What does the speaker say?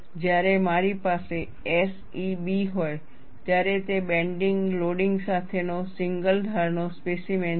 જ્યારે મારી પાસે SE B હોય ત્યારે તે બેન્ડિંગ લોડિંગ સાથેનો સિંગલ ધારનો સ્પેસીમેન છે